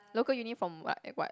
local uni from what like what